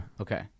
Okay